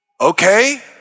okay